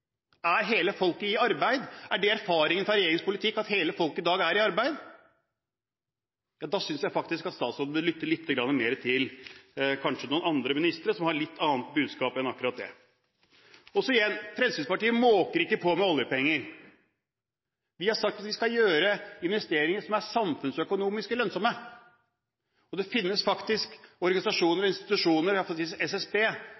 Er hele folket i arbeid? Er det erfaringen fra regjeringens politikk at hele folket i dag er i arbeid? Ja, da synes jeg faktisk at statsråden bør lytte lite grann mer til noen andre ministre, som har et litt annet budskap enn akkurat det. Og igjen: Fremskrittspartiet måker ikke på med oljepenger; vi har sagt at vi skal gjøre investeringer som er samfunnsøkonomisk lønnsomme, og det finnes faktisk organisasjoner og institusjoner, iallfall SSB,